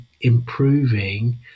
improving